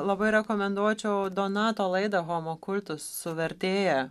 labai rekomenduočiau donato laidą homokultus su vertėja